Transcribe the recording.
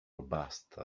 robust